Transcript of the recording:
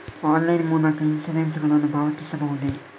Online ಮೂಲಕ insurance ನ್ನು ಪಾವತಿಸಬಹುದೇ?